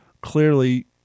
clearly